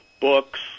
books